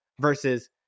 versus